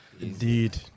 Indeed